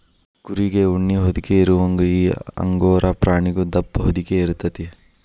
ಕುರಿಗೆ ಉಣ್ಣಿ ಹೊದಿಕೆ ಇರುವಂಗ ಈ ಅಂಗೋರಾ ಪ್ರಾಣಿಗು ದಪ್ಪ ಹೊದಿಕೆ ಇರತತಿ